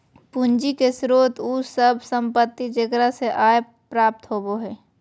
पूंजी के स्रोत उ सब संपत्ति जेकरा से आय प्राप्त होबो हइ